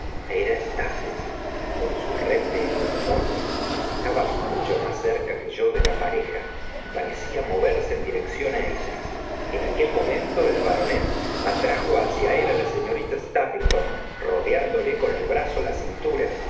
era stapleton con su red d e entomólogo estaba mucho más cerca que yo de la pareja y parecía moverse en dirección á ella j a quel momento el baronet atrajo hacia él á la señorita stapleton rodeándole con el brazo la cintura